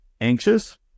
anxious